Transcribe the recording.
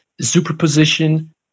superposition